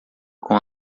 com